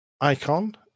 icon